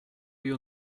your